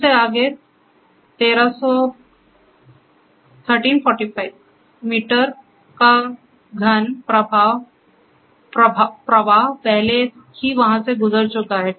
उससे आगे 1345 मीटर का घन प्रवाह पहले ही वहाँ से गुजर चुका है